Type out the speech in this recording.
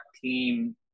team